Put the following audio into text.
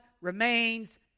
remains